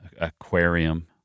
aquarium